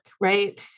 right